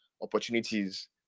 opportunities